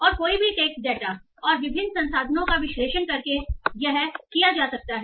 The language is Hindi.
और कोई भी टेक्स्ट डेटा और विभिन्न संसाधनों का विश्लेषण करके यह कर सकता है